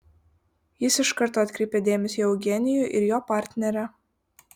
jis iš karto atkreipė dėmesį į eugenijų ir jo partnerę